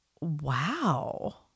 wow